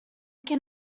can